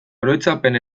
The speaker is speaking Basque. oroitzapen